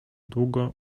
długo